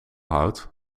houdt